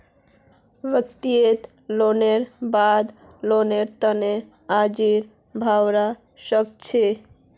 व्यक्तिगत लोनेर बाद लोनेर तने अर्जी भरवा सख छि